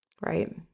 right